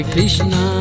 Krishna